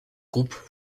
groupe